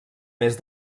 mes